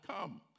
come